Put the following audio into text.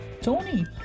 Tony